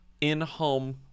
in-home